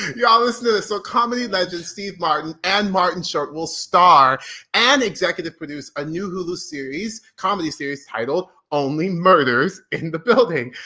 y'all listen to this, so comedy legend steve martin and martin short will star and executive produce a new hulu series, comedy series titled only murders in the building.